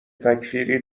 تکفیری